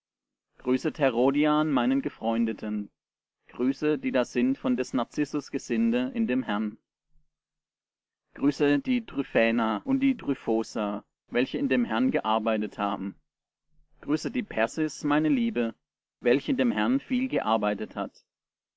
grüßet herodian meinen gefreundeten grüßet die da sind von des narzissus gesinde in dem herrn grüßet die tryphäna und die tryphosa welche in dem herrn gearbeitet haben grüßet die persis meine liebe welch in dem herrn viel gearbeitet hat